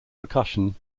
percussion